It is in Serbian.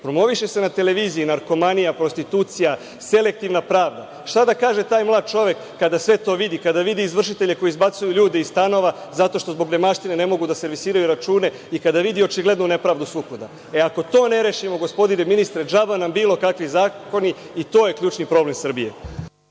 Promoviše se na televiziji narkomanija, prostitucija, selektivna pravda. Šta da kaže taj mlad čovek kada sve to vidi, kada vidi izvršitelje koji izbacuju ljude iz stanova zato što zbog nemaštine ne mogu da servisiraju račune i kada vidi očiglednu nepravdu svukuda? E, ako to ne rešimo, gospodine ministre, džaba nam bilo kakvi zakoni, i to je ključni problem Srbije.